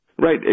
Right